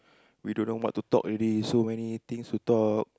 we don't know what to talk already so many things to talk